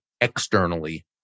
externally